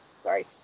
Sorry